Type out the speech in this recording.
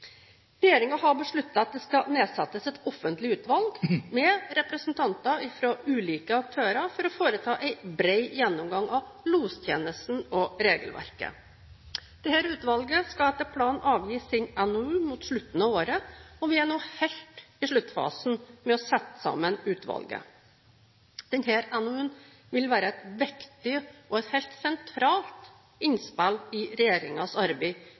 har besluttet at det skal nedsettes et offentlig utvalg med representanter fra ulike aktører for å foreta en bred gjennomgang av lostjenesten og -regelverket. Dette utvalget skal etter planen avgi sin NOU mot slutten av året, og vi er nå helt i sluttfasen av å sette sammen utvalget. Denne NOU-en vil være et viktig og helt sentralt innspill i regjeringens arbeid